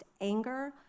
anger